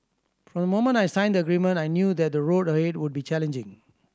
from the moment I signed the agreement I knew that the road ahead would be challenging